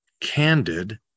candid